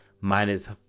minus